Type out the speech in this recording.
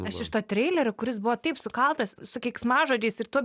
aš iš to treilerio kuris buvo taip sukaltas su keiksmažodžiais ir tuo